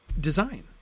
design